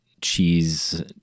cheese